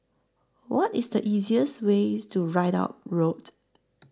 What IS The easiest Way to Ridout Road